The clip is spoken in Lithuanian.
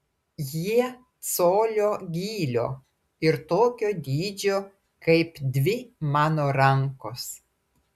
jie colio gylio ir tokio dydžio kaip dvi mano rankos